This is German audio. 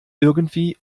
irgendwie